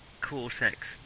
Cortex